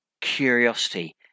curiosity